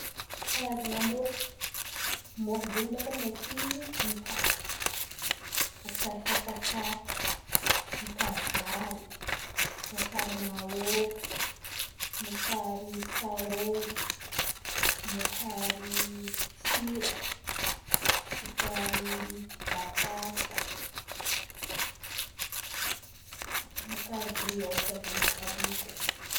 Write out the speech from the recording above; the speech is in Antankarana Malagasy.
Karazan̈a môfo? Môfo zen̈y bakà aminay aty mokary: mokary katakata, mokary vary, mokary mahôgo, mokary saôn̈o, mokary sira, mokary batatà. Mokary briôshy àby àby io koa.